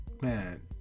Man